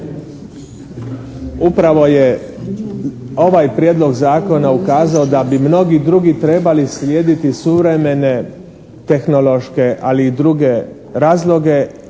Upravo je ovaj prijedlog zakona ukazao da bi mnogi drugi trebali slijediti suvremene tehnološke, ali i druge razloge